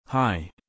Hi